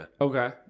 Okay